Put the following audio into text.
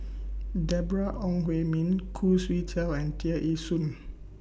Deborah Ong Hui Min Khoo Swee Chiow and Tear Ee Soon